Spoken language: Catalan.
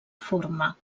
forma